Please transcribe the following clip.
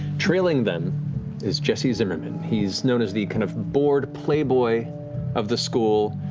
trailing then is jesse zimmerman. he's known as the kind of bored playboy of the school,